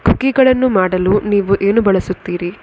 ಕುಕ್ಕೀಗಳನ್ನು ಮಾಡಲು ನೀವು ಏನು ಬಳಸುತ್ತೀರಿ